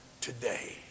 today